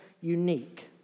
unique